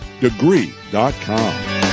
Degree.com